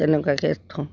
তেনেকুৱাকৈ থওঁ